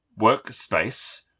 workspace